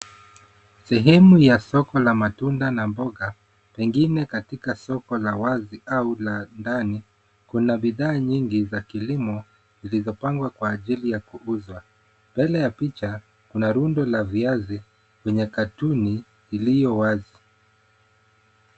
Sehemu ya soko la matunda na mboga, pengine katika soko la wazi au la ndani, kuna bidhaa nyingi za kilimo zilizopangwa kwa ajili ya kuuzwa. Mbele ya picha, kuna rundo la viazi kwenye katoni iliyo wazi.